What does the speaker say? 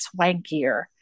swankier